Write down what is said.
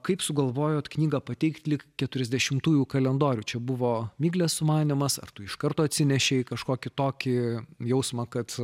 kaip sugalvojote knygą pateikti lyg keturiasdešimtųjų kalendorių čia buvo miglės sumanymas ar tu iš karto atsinešė kažkokį tokį jausmą kad